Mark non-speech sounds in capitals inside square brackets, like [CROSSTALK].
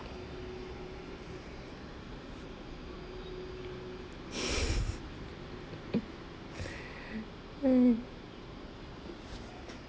[LAUGHS] !hais!